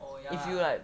if you like